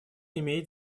имеет